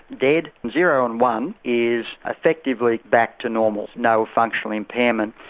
dead. zero and one is effectively back to normal, no functional impairment.